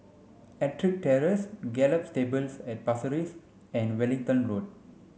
Ettrick Terrace Gallop Stables at Pasir Ris and Wellington Road